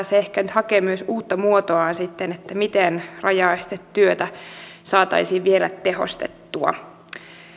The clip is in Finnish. se ehkä nyt hakee myös uutta muotoaan miten rajaestetyötä saataisiin vielä tehostettua